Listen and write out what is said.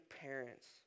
parents